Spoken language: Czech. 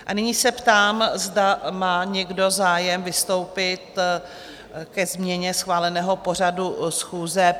A nyní se ptám, zda má někdo zájem vystoupit ke změně schváleného pořadu schůze?